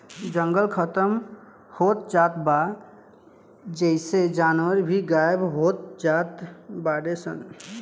जंगल खतम होत जात बा जेइसे जानवर भी गायब होत जात बाडे सन